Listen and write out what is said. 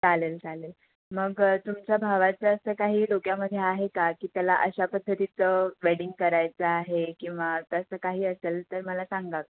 चालेल चालेल मग तुमच्या भावाचं असं काही डोक्यामध्ये आहे का की त्याला अशा पद्धतीचं वेडिंग करायचं आहे किंवा तसं काही असेल तर मला सांगा